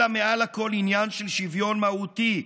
אלא מעל הכול עניין של שוויון מהותי,